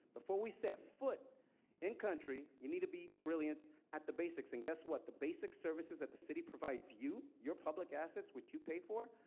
before we set foot in country, you need to be brilliant at the basics. and guess what, the basic services that the city provides you, your public assets which you pay for,